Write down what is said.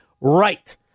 right